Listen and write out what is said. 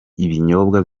ibinyobwa